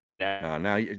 Now